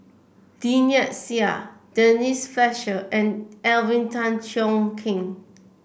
Lynnette Seah Denise Fletcher and Alvin Tan Cheong Kheng